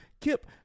Kip